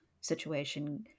situation